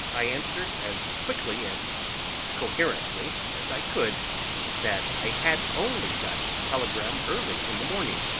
i answered as quickly and coherently as i could that i had only got his telegram early in the morning,